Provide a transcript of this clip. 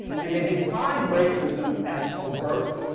and they defined racism as overt,